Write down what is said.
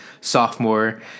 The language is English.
sophomore